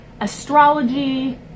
astrology